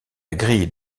grille